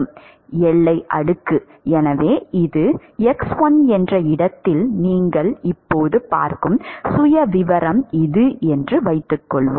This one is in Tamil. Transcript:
மாணவர் எல்லை அடுக்கு எனவே இது x1 என்ற இடத்தில் நீங்கள் இப்போது பார்க்கும் சுயவிவரம் இது என்று வைத்துக்கொள்வோம்